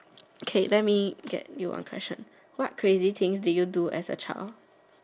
okay let me get you on question what crazy things did you do as a child